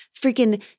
freaking